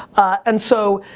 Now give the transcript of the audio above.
and so,